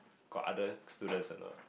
got other students or not